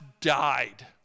died